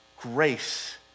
grace